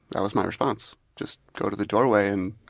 that was my response, just go to the doorway and